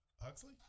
Huxley